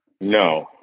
No